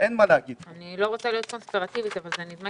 אני לא רוצה להיות קונספירטיבית אבל זה נדמה